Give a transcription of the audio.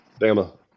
Bama